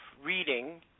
Reading